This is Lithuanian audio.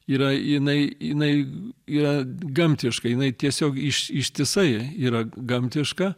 yra jinai jinai yra gamtiška jinai tiesiog ištisai yra gamtiška